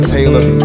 Taylor